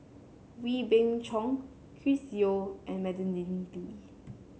Wee Beng Chong Chris Yeo and Madeleine Lee